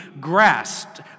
grasped